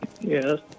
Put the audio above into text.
Yes